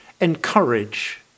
encourage